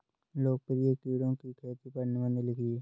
लोकप्रिय कीड़ों की खेती पर निबंध लिखिए